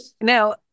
Now